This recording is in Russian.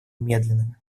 медленными